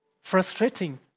Frustrating